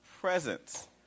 presence